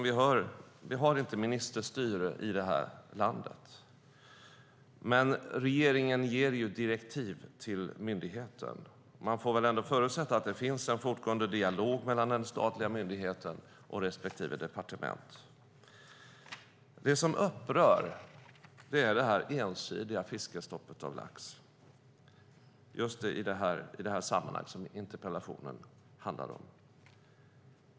Vi har inte ministerstyre här i landet, men regeringen ger direktiv till myndigheten. Man får förutsätta att det finns en fortgående dialog mellan den statliga myndigheten och respektive departement. Det som upprör är det ensidiga fiskestoppet vad gäller lax - det som interpellationen gäller.